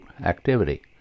activity